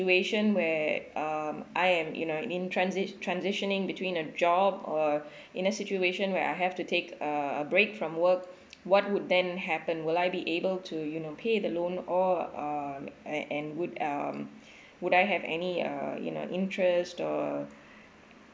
where um I am you know in transit~ transitioning between a job or in a situation where I have to take a a break from work what would then happen will I be able to you know pay the loan or um and and would um would I have any err you know interest or